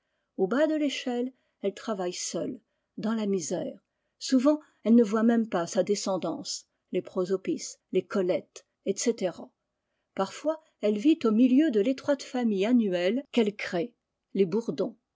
au bas de l'échelle elle travaille seule dans la misère souvent elle ne voit môme pas sa descendance les prosopis les colletés etc parfois elle vit au milieu de l'étroite famille annuelle qu'elle crée les bourdons